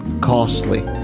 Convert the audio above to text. costly